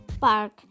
park